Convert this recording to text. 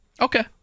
Okay